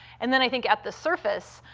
and then i think at the surface,